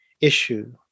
issue